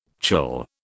Chill